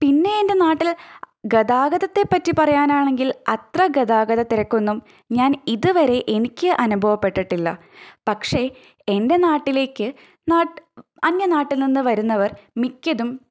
പിന്നെ എൻ്റെ നാട്ടിൽ ഗതാഗതത്തെ പറ്റി പറയനാണെങ്കിൽ അത്ര ഗതാഗതത്തെരക്കൊന്നും ഞാൻ ഇത് വരെ എനിക്ക് അനുഭവപ്പെട്ടിട്ടില്ല പക്ഷെ എൻ്റെ നാട്ടിലേക്ക് നാട്ട് അന്യ നാട്ടിൽ നിന്ന് വരുന്നവർ മിക്കതും